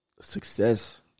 Success